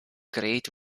great